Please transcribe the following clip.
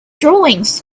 drawings